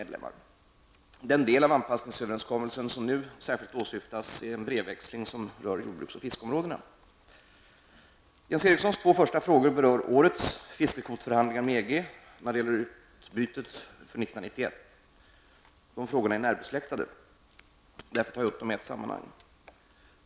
Den del av anpassningsöverenskommelsen som nu särskilt åsyftas, är en brevväxling rörande jordbruks och fiskeområdena. Jens Erikssons två första frågor berör årets fiskekvotförhandlingar med EG avseende utbytet för 1991. Frågorna är närbesläktade. Därför tar jag upp dem i ett sammanhang.